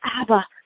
Abba